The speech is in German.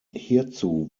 hierzu